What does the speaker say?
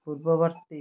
ପୂର୍ବବର୍ତ୍ତୀ